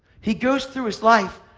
he goes through his life,